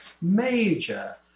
major